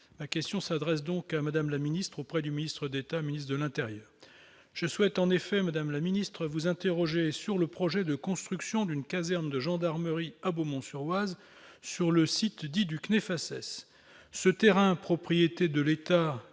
la question s'adresse donc à Madame la Ministre, auprès du ministre d'État, ministre de l'Intérieur, je souhaite en effet madame la ministre vous interroger sur le projet de construction d'une caserne de gendarmerie à Beaumont-sur-Oise sur le site dit Duc ce terrain propriété de l'État